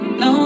no